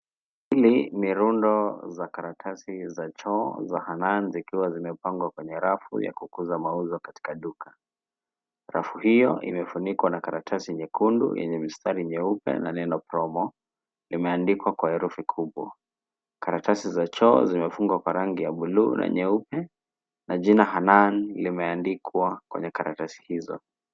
Hili ni rundo za karatasi za choo za Hanan zikiwa zimepangwa kwenye rafu ya kukuza mauzo katika duka. Rafu hio imefunikwa na karatasi nyekundu yenye mistari mieupe na neno promo limeandikwa kwa herufi kubwa. Karatasi za choo zimefungwa kwa rangi ya bluu na nyeupe na jina Hanan limeandikwa kwenye karatasi hizo.